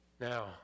Now